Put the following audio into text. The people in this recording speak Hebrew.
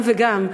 גם וגם.